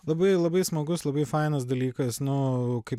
labai labai smagus labai fainas dalykas nu kaip